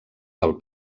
del